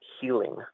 healing